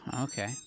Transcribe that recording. Okay